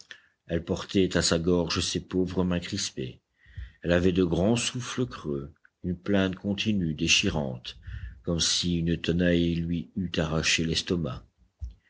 elle portait à sa gorge ses pauvres mains crispées elle avait de grands souffles creux une plainte continue déchirante comme si une tenaille lui eût arraché l'estomac